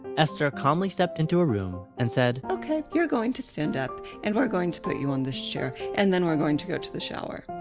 esther calmly stepped into her room, and said ok, you're going to stand up and we're going to put you on this chair and then we're going to go to the shower.